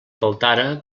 faltara